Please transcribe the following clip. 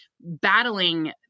battling